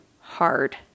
hard